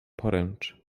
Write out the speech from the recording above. poręcz